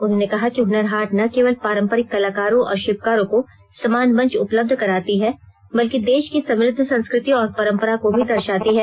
उन्होंने कहा कि हुनर हाट न केवल पारंपरिक कलाकारों और शिल्पकारों को समान मंच उपलब्ध कराती है बल्कि देश की समुद्ध संस्कृति और परंपरा को भी दर्शाती है